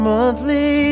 monthly